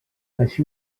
així